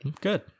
good